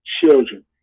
children